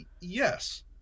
Yes